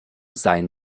seien